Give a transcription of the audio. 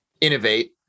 innovate